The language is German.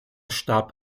starb